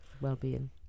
well-being